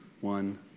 one